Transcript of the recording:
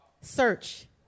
Search